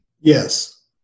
Yes